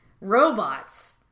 robots